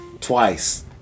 twice